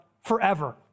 forever